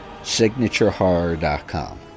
Signaturehorror.com